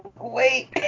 Wait